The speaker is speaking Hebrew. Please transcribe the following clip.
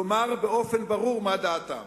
לומר באופן ברור מה דעתם.